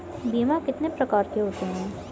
बीमा कितने प्रकार के होते हैं?